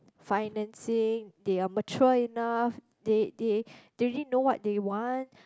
financing they are mature enough they they they already know what they want